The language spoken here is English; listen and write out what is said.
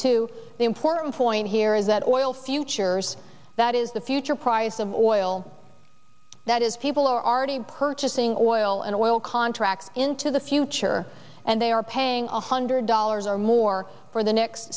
two the important point here is that oil futures that is the future price of oil that is people are already purchasing oil and oil contracts into the future and they are paying a hundred dollars or more for the next